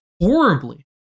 horribly